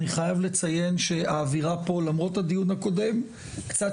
אני חייב לציין שהאווירה פה למרות הדיון הקודם קצת